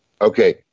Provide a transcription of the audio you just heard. Okay